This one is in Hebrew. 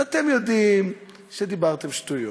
ואתם יודעים שדיברתם שטויות,